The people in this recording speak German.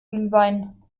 glühwein